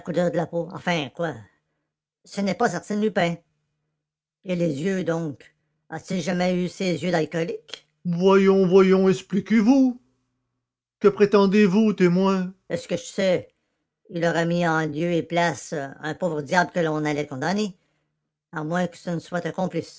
de la peau enfin quoi ce n'est pas arsène lupin et les yeux donc a-t-il jamais eu ces yeux d'alcoolique voyons voyons expliquons-nous que prétendez-vous témoin est-ce que je sais il aura mis en son lieu et place un pauvre diable que l'on allait condamner en son lieu et place à moins que ce ne soit